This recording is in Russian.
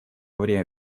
время